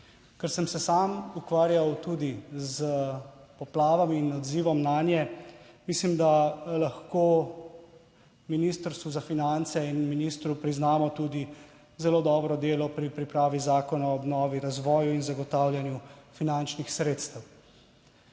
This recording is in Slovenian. Ker sem se sam ukvarjal tudi s poplavami in odzivom nanje, mislim, da lahko Ministrstvu za finance in ministru priznamo tudi zelo dobro delo pri pripravi zakona o obnovi, razvoju in zagotavljanju finančnih sredstev.